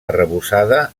arrebossada